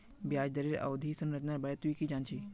ब्याज दरेर अवधि संरचनार बारे तुइ की जान छि